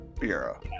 Bureau